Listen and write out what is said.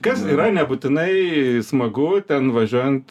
kas yra nebūtinai smagu ten važiuojant